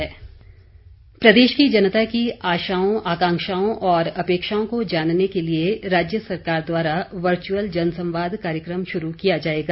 जनसंवाद प्रदेश की जनता की आशाओं आकांक्षाओं और अपेक्षाओं को जानने के लिए राज्य सरकार द्वारा वर्चुअल जनसंवाद कार्यक्रम शुरू किया जाएगा